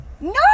No